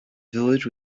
village